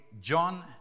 John